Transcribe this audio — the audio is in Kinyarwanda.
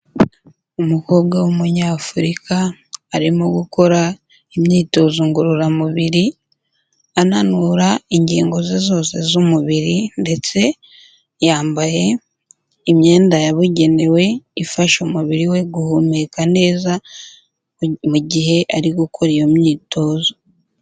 Umukobwa w'umunyafurika arimo gukora imyitozo ngororamubiri, ananura ingingo ze zose z'umubiri ndetse yambaye imyenda yabugenewe ifasha umubiri we guhumeka neza mu gihe ari gukora iyo myitozo.